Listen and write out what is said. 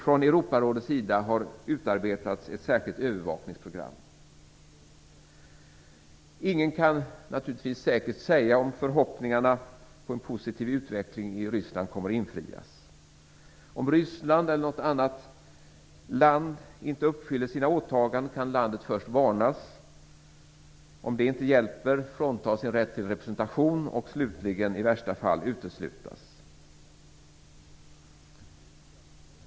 Från Europarådets sida har utarbetats ett särskilt övervakningsprogram. Ingen kan naturligtvis säkert säga om förhoppningarna på en positiv utveckling i Ryssland kommer att infrias. Om Ryssland eller något annat land inte uppfyller sina åtagande kan landet först varnas. Om det inte hjälper fråntas landet rätten till representation. Slutligen, i värsta fall, kan det uteslutas.